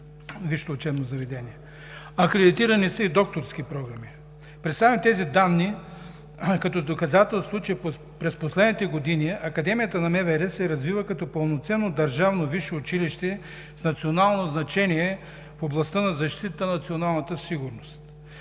Акредитирани са и докторски програми. Представям тези данни като доказателство, че през последните години Академията на МВР се развива като пълноценно държавно висше училище с национално значение в областта на защитата на националната сигурност